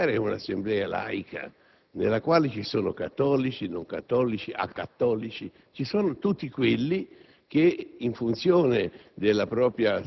Ma un'Assemblea parlamentare è un'Assemblea laica, nella quale ci sono cattolici, non cattolici ed acattolici: ci sono tutti coloro che,